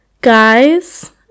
Guys